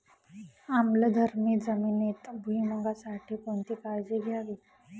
आम्लधर्मी जमिनीत भुईमूगासाठी कोणती काळजी घ्यावी?